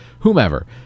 Whomever